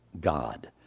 God